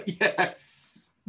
Yes